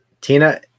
Tina